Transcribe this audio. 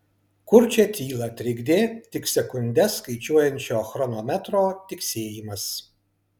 kurčią tylą trikdė tik sekundes skaičiuojančio chronometro tiksėjimas